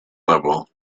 level